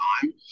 time